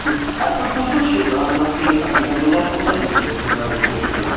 ٹھیٖک اَتہِ پٮ۪ٹھ کوٗتاہ حظ چھِ نہ نزدیٖک گژھان یہِ گَنڈولا کوٗتاہ دوٗر چھِ اَتہِ پٮ۪ٹھ تُہنٛدِ ہوٹلہٕ پٮ۪ٹھ